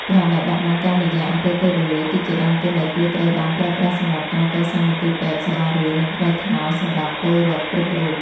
ប្រាក់ដែលបាត់បង់តាមរយៈ អំពើពុករលួយ គឺជាដើមទុនដែលគួរត្រូវបានប្រើប្រាស់សម្រាប់ការកសាងមន្ទីរពេទ្យ សាលារៀន និងផ្លូវថ្នល់សម្រាប់ពលរដ្ឋគ្រប់រូប។